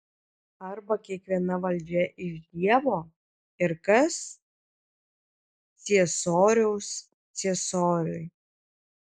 arba kiekviena valdžia iš dievo ir kas ciesoriaus ciesoriui